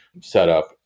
setup